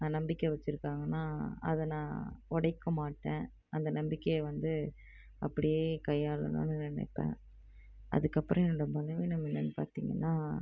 ந நம்பிக்கை வைச்சிருக்காங்கன்னா அதை நான் உடைக்க மாட்டேன் அந்த நம்பிக்கையை வந்து அப்படியே கையாளணுன்னு நினைப்பேன் அதுக்கப்புறம் என்னோடய பலவீனம் என்னென்னு பார்த்தீங்கன்னா